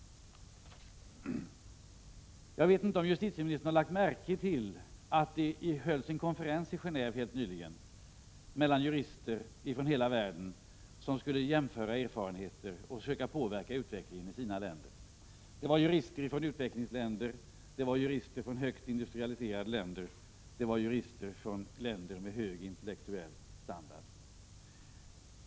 Jag vet inte om justitieministern har lagt märke till att det helt nyligen hölls en konferens i Gendve mellan jurister ifrån hela världen som skulle jämföra erfarenheter och söka påverka utvecklingen i sina egna länder. Det var jurister från utvecklingsländer, det var jurister från högt industrialiserade länder, det var jurister från länder med hög intellektuell standard.